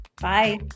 Bye